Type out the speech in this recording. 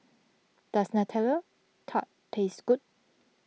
does Nutella Tart taste good